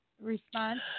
Response